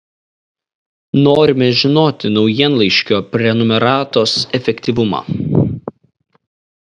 norime žinoti naujienlaiškio prenumeratos efektyvumą